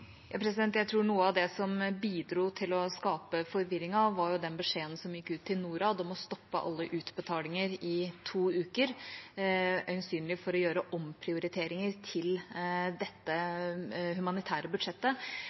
som bidro til å skape forvirringen, var den beskjeden som gikk ut til Norad om å stoppe alle utbetalinger i to uker, øyensynlig for å gjøre omprioriteringer til dette humanitære budsjettet.